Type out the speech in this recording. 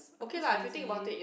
I'm just lazy